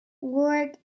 work